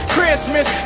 Christmas